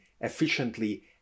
efficiently